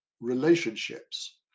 relationships